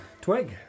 Twig